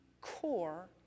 core